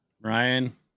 Ryan